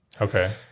okay